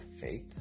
Faith